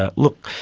ah look,